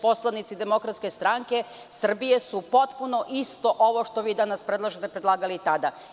Poslanici Demokratske stranke Srbije su potpuno isto ovo, što vi danas predlažete, predlagali tada.